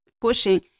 pushing